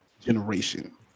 generation